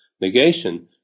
negation